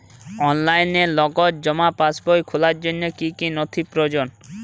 অনলাইনে নগদ জমা পাসবই খোলার জন্য কী কী নথি প্রয়োজন?